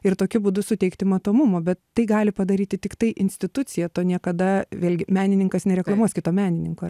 ir tokiu būdu suteikti matomumo bet tai gali padaryti tiktai institucija to niekada vėlgi menininkas nereklamuos kito menininko